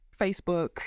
Facebook